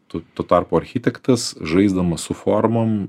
tu tuo tarpu architektas žaisdamas su formom